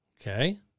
Okay